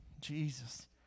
Jesus